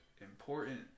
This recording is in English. important